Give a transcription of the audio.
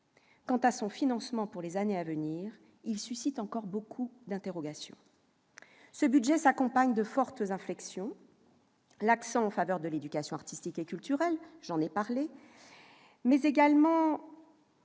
Quant à son financement pour les années à venir, il suscite encore bien des interrogations ... Ce budget s'accompagne de fortes inflexions : l'accent en faveur de l'éducation artistique et culturelle, dont j'ai parlé, l'attention